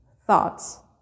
thoughts